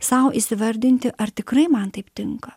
sau įsivardinti ar tikrai man taip tinka